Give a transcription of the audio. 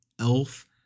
Elf